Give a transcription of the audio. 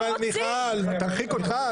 אבל מיכל --- תרחיק אותו.